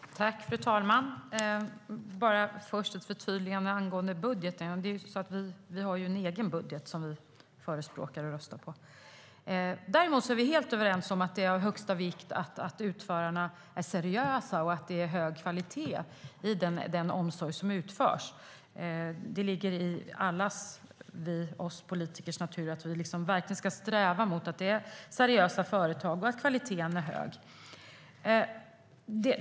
Fru talman! Först vill jag göra ett förtydligande angående budgeten, nämligen att vi ju har en egen budget vi förespråkar och röstar på. Däremot är vi helt överens om att det är av största vikt att utförarna är seriösa och att det är hög kvalitet i den omsorg som utförs. Som politiker ligger det i allas vår natur att verkligen sträva mot att det är seriösa företag och att kvaliteten är hög.